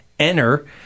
enter